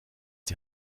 die